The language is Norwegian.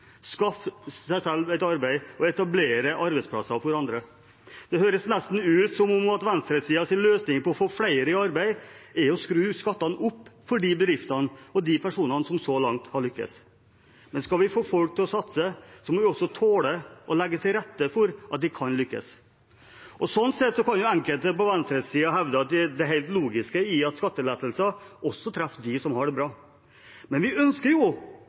skaffe seg selv et arbeid og etablere arbeidsplasser for andre. Det høres nesten ut som om venstresidens løsning for å få flere i arbeid er å skru opp skattene for de bedriftene og de personene som så langt har lyktes. Men skal vi få folk til å satse, må vi også tåle å legge til rette for at de kan lykkes. Sånn sett kan enkelte på venstresiden hevde det helt logiske i at skattelettelser også treffer dem som har det bra. Men vi ønsker